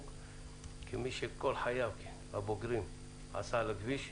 כמי שכל חייו הבוגרים עשה על הכביש,